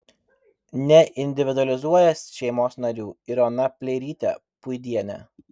neindividualizuoja šeimos narių ir ona pleirytė puidienė